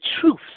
truth